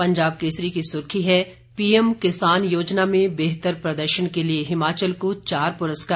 पंजाब केसरी की सुर्खी है पीएम किसान योजना में बेहतर प्रदर्शन के लिये हिमाचल को चार पुरस्कार